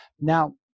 Now